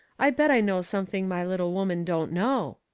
i bet i know something my little woman don't know.